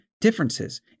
differences